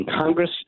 Congress